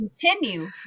continue